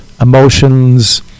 emotions